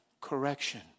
correction